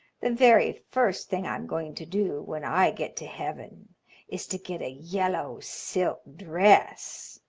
the very first thing i'm going to do when i get to heaven is to get a yellow silk dress.